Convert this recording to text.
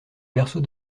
berceau